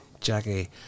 jackie